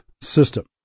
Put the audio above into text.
system